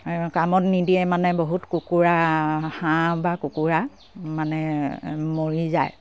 কামত নিদিয়ে মানে বহুত কুকুৰা হাঁহ বা কুকুৰা মানে মৰি যায়